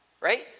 Right